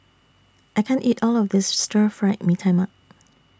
I can't eat All of This Stir Fried Mee Tai Mak